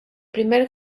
primer